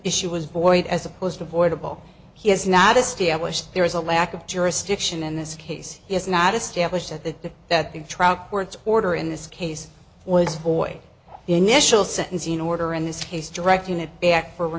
issue was void as opposed to voidable he has not established there is a lack of jurisdiction in this case he has not established that the that the truck words order in this case was for the initial sentencing order in this case directing it back for